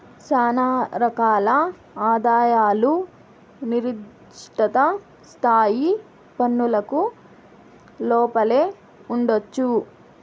శానా రకాల ఆదాయాలు నిర్దిష్ట స్థాయి పన్నులకు లోపలే ఉండొచ్చు